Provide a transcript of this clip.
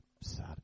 Sad